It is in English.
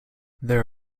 there